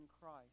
Christ